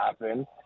happen